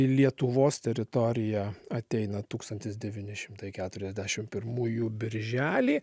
į lietuvos teritoriją ateina tūkstantis devyni šimtai keturiasdešim pirmųjų birželį